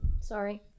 Sorry